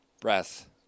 breath